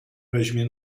weźmie